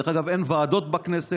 דרך אגב, אין ועדות בכנסת.